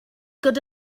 good